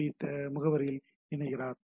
B முகவருடன் இணைகிறார்